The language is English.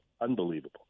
Unbelievable